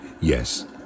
yes